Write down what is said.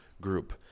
group